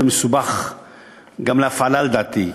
וגם מסובך להפעלה לדעתי.